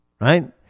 Right